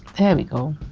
there we go